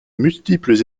multiples